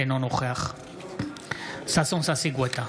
אינו נוכח ששון ששי גואטה,